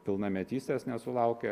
pilnametystės nesulaukę